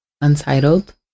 untitled